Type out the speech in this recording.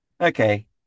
Okay